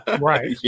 Right